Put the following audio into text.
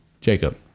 Jacob